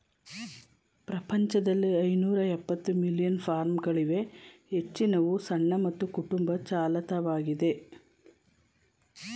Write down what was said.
ಪ್ರಪಂಚದಲ್ಲಿ ಐನೂರಎಪ್ಪತ್ತು ಮಿಲಿಯನ್ ಫಾರ್ಮ್ಗಳಿವೆ ಹೆಚ್ಚಿನವು ಸಣ್ಣ ಮತ್ತು ಕುಟುಂಬ ಚಾಲಿತವಾಗಿದೆ